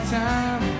time